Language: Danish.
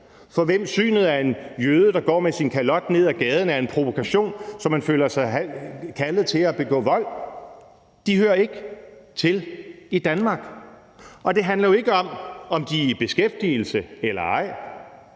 for hvem synet af en jøde, der går med sin kalot ned ad gaden, er en provokation, så de føler sig kaldet til at begå vold, hører ikke til i Danmark. Og det handler jo ikke om, om de er i beskæftigelse eller ej.